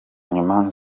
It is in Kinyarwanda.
nyuma